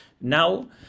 now